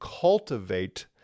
cultivate